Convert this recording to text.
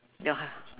don't have